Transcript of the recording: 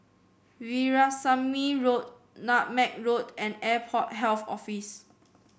Veerasamy Road Nutmeg Road and Airport Health Office